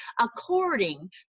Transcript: according